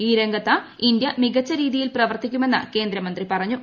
ഈ രംഗത്ത് ഇന്ത്യ മികച്ച രീതിയിൽ പ്രവർത്തിക്കുമെന്ന് ക്ട്രേന്ദ്രമന്ത്രി പറഞ്ഞു